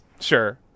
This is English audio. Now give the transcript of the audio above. Sure